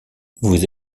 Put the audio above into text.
vous